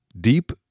Deep